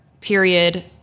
period